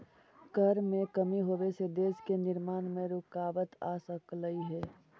कर में कमी होबे से देश के निर्माण में रुकाबत आ सकलई हे